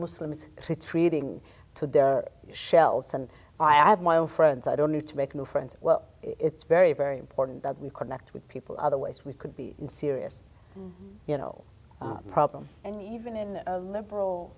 muslims treating to their shells and i have my own friends i don't need to make new friends well it's very very important that we connect with people otherwise we could be in serious you know problem and even in a liberal